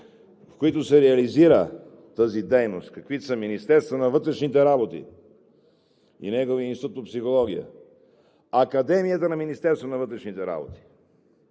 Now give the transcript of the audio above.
в които се реализира тази дейност, каквито са Министерството на вътрешните работи и неговия Институт по психология, Академията на Министерството на вътрешните работи,